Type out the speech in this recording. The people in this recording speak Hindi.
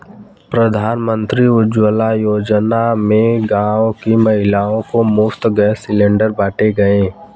प्रधानमंत्री उज्जवला योजना में गांव की महिलाओं को मुफ्त गैस सिलेंडर बांटे गए